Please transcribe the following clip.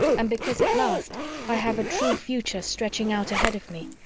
and because at last i have a true future stretching out ahead of me,